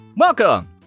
Welcome